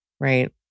Right